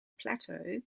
plateau